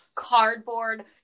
cardboard